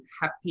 happy